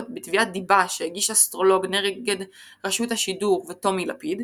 בתביעת דיבה שהגיש אסטרולוג נגד רשות השידור וטומי לפיד,